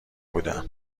بودم